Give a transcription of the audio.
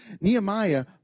Nehemiah